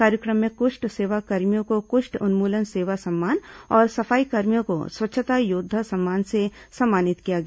कार्यक्रम में कुष्ठ सेवा कर्मियों को कुष्ठ उन्मूलन सेवा सम्मान और सफाईकर्मियों को स्वच्छता योद्वा सम्मान से सम्मानित किया गया